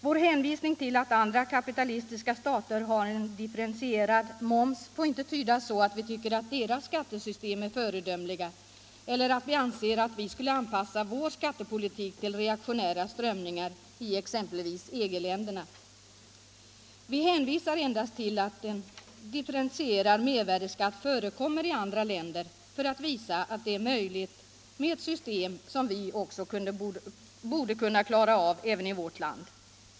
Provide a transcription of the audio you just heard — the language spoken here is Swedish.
Vår hänvisning till att andra kapitalistiska stater har en differentierad moms får inte tydas så att vi tycker att deras skattesystem är föredömliga eller att vi anser att Sverige borde anpassa sin skattepolitik till reaktionära strömningar i exempelvis EG-länderna. Vi hänvisar endast till att differentierad mervärdeskatt förekommer i andra länder för att visa att det är ett möjligt system, som vi borde kunna klara av även i vårt land.